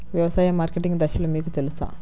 వ్యవసాయ మార్కెటింగ్ దశలు మీకు తెలుసా?